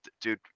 dude